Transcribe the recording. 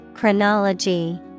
Chronology